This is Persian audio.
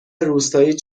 روستایی